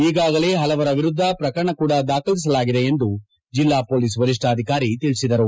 ಈಗಾಗಲೇ ಪಲವರ ವಿರುದ್ಧ ಪ್ರಕರಣ ಕೂಡ ದಾಖಲಿಸಲಾಗಿದೆ ಎಂದು ಜಿಲ್ಲಾ ಪೊಲೀಸ್ ವರಿಷ್ಠಾಧಿಕಾರಿ ತಿಳಿಸಿದರು